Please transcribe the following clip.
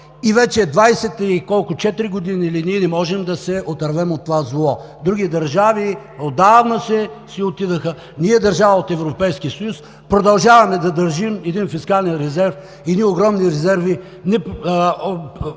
двадесет и колко години ние не можем да се отървем от това зло. Други държави отдавна си отидоха. Ние, държава от Европейския съюз, продължаваме да държим един фискален резерв, едни огромни валутни